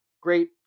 great